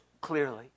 clearly